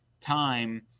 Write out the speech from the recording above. time